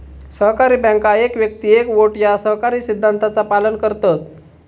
सहकारी बँका एक व्यक्ती एक वोट या सहकारी सिद्धांताचा पालन करतत